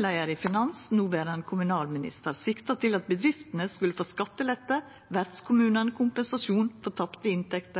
leiar i finanskomiteen, den noverande kommunalministeren, sikta til at bedriftene skulle få skattelette og vertskommunane kompensasjon for tapte